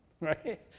right